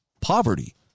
poverty